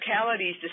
localities